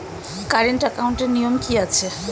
Current একাউন্টের নিয়ম কী আছে?